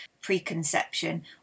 preconception